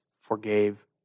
forgave